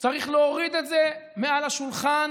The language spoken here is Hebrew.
צריך להוריד את זה מעל השולחן